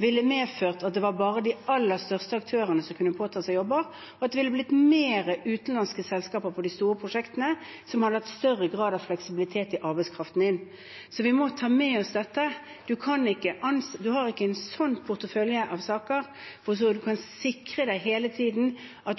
ville medført at det bare var de aller største aktørene som kunne påtatt seg jobber, og at det ville blitt flere utenlandske selskaper, som hadde hatt større grad av fleksibilitet i arbeidskraften som ble hentet inn, i de store prosjektene. Vi må ha med oss det. Man har ikke en portefølje av saker som sikrer at man hele tiden